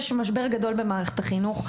יש משבר גדול במערכת החינוך.